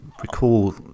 recall